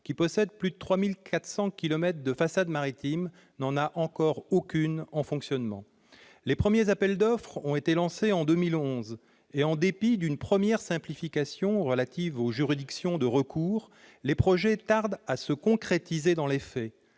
qui possède plus 3 400 kilomètres de façade maritime, n'en a encore aucune en fonctionnement. Les premiers appels d'offres ont été lancés en 2011 et, en dépit d'une première simplification relative aux juridictions de recours, les projets tardent à se concrétiser dans les faits.